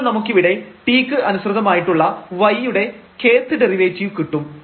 ഇപ്പോൾ നമുക്കിവിടെ t ക്ക് അനുസൃതമായിട്ടുള്ള y യുടെ k ത് ഡെറിവേറ്റീവ് കിട്ടും